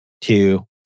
two